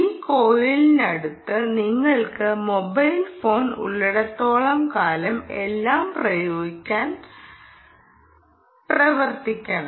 ഈ കോയിലിനടുത്ത് നിങ്ങൾക്ക് മൊബൈൽ ഫോൺ ഉള്ളിടത്തോളം കാലം എല്ലാം പ്രായോഗികമായി പ്രവർത്തിക്കണം